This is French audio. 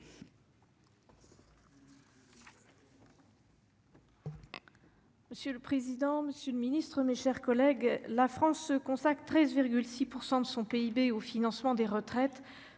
Monsieur le président, Monsieur le Ministre, mes chers collègues, la France se consacrent 13 6 % de son PIB au financement des retraites